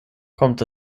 kommt